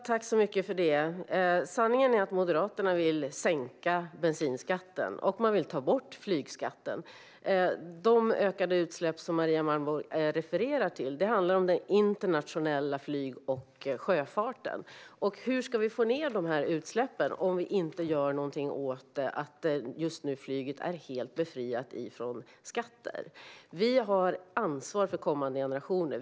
Fru talman! Sanningen är att Moderaterna vill sänka bensinskatten och ta bort flygskatten. De ökade utsläpp som Maria Malmer Stenergard refererar till handlar om den internationella flyg och sjöfarten. Hur ska vi få ned dessa utsläpp om vi inte gör något åt att flyget just nu är helt befriat från skatter? Vi har ansvar för kommande generationer.